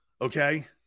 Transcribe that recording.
Okay